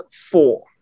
four